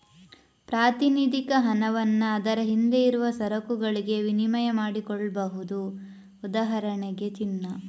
ಪ್ರಾತಿನಿಧಿಕ ಹಣವನ್ನ ಅದರ ಹಿಂದೆ ಇರುವ ಸರಕುಗಳಿಗೆ ವಿನಿಮಯ ಮಾಡಿಕೊಳ್ಬಹುದು ಉದಾಹರಣೆಗೆ ಚಿನ್ನ